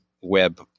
web